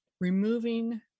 Removing